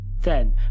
Then